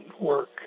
work